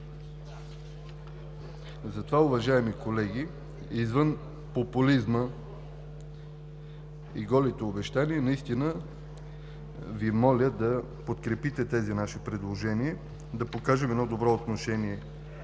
Уважаеми колеги, извън популизма и голите обещания наистина Ви моля да подкрепите тези наши предложения, да покажем едно добро отношение